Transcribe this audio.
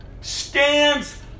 stands